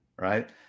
Right